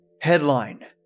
Headline